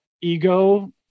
ego